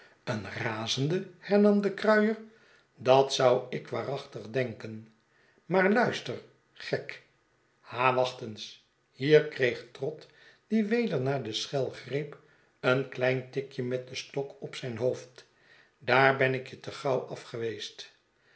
een razende hernam de kruier dat zouikwaarachtig denken maar luister gek ha wacht eensi hier kreeg trott die weder naar de schel greep een klein tikje met den stok op zijn hoofd daar ben ik je te gauw geweest